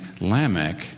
Lamech